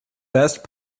best